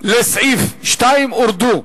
לסעיף 2 הורדו.